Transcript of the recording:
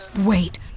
Wait